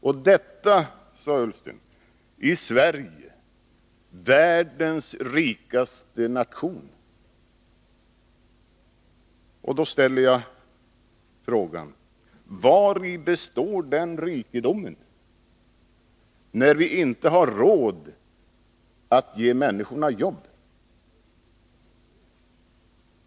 Och detta, sade Ola Ullsten, i Sverige, världens rikaste nation! Då ställer jag frågan: Vari består den rikedomen, när vi inte har råd att ge människorna jobb?